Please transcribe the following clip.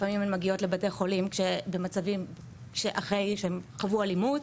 לפעמים הן מגיעות לבתי חולים אחרי שהן חוו אלימות,